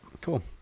Cool